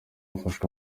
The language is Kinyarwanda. hafashwe